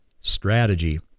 strategy